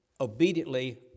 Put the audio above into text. obediently